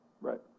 Right